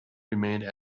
remained